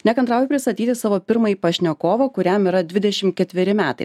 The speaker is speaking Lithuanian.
nekantrauju pristatyti savo pirmąjį pašnekovą kuriam yra dvidešim ketveri metai